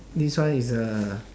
this one is uh